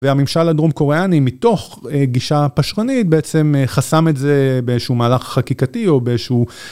והממשל הדרום-קוריאני מתוך גישה פשטנית בעצם חסם את זה באיזשהו מהלך חקיקתי או באיזשהו...